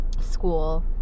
school